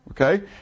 okay